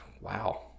Wow